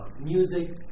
Music